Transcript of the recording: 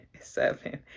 seven